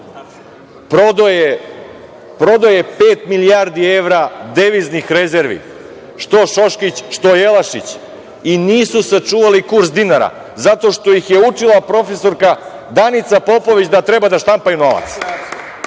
Prodao je pet milijardi evra deviznih rezervi, što Šoškić, što Jelašić, i nisu sačuvali kurs dinara zato što ih je učila profesorka Danica Popović da treba da štampaju novac.